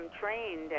trained